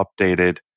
updated